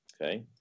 okay